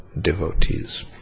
devotees